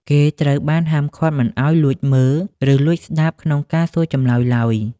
គេត្រូវបានហាមឃាត់មិនឱ្យលួចមើល ឬលួចស្តាប់ក្នុងការសួរចម្លើយឡើយ។